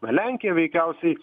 na lenkija veikiausiai